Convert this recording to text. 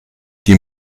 die